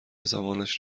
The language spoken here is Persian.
زمانش